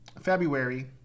February